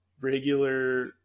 regular